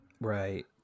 right